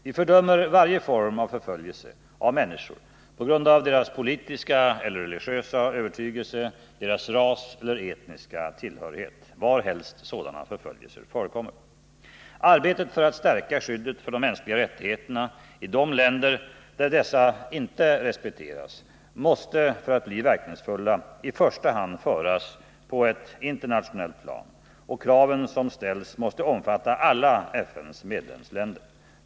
Vi fördömer varje form av förföljelse av människor på grund av deras politiska eller religiösa övertygelse, deras ras eller etniska tillhörighet, var helst sådan förföljelse förekommer. Arbetet för att stärka skyddet för de mänskliga rättigheterna i de länder där dessa inte respekteras måste för att bli verkningsfulla i första hand föras på ett internationellt plan och kraven som ställs måste omfatta alla FN:s medlemsländer.